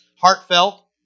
heartfelt